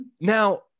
Now